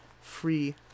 Free